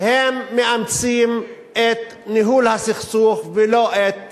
הם מאמצים את ניהול הסכסוך ולא את